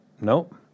Nope